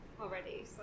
already